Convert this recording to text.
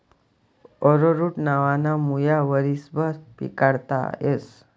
arrowroot नावना मुया वरीसभर पिकाडता येस